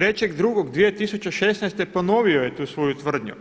3.2.2016. ponovio je tu svoju tvrdnju,